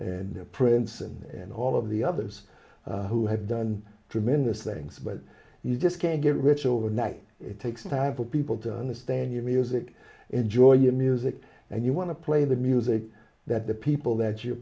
and prince and all of the others who have done tremendous things but you just can't get rich overnight it takes time for people to understand your music enjoy your music and you want to play the music that the people that you're